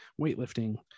weightlifting